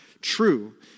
true